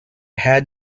had